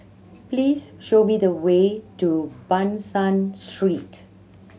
please show me the way to Ban San Street